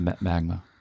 Magma